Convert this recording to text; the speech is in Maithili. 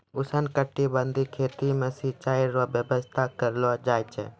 उष्णकटिबंधीय खेती मे सिचाई रो व्यवस्था करलो जाय छै